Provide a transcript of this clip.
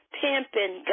pimping